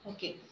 Okay